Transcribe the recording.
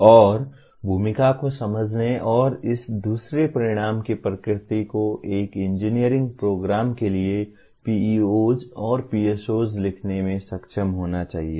और भूमिका को समझने और इस दूसरे परिणाम की प्रकृति को एक इंजीनियरिंग प्रोग्राम के लिए PEOs और PSOs लिखने में सक्षम होना चाहिए